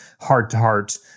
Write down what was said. heart-to-heart